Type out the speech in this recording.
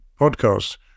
podcast